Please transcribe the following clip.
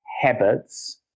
habits